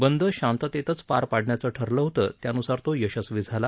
बंद शांततेतच पार पाडण्याचं ठरलं होतं त्यानुसार तो यशस्वी झाला